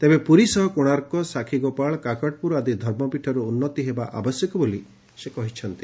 ତେବେ ପୁରୀ ସହ କୋଶାର୍କସାକ୍ଷିଗୋପାଳ କାକଟପୁର ଆଦି ଧର୍ମପୀଠର ଉନ୍ନତି ହେବା ଆବଶ୍ୟକ ବୋଲି ସେ କହିଛନ୍ତି